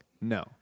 No